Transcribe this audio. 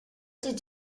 did